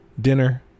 dinner